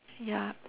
ya